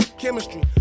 chemistry